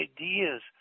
ideas